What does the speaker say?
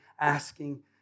asking